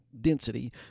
density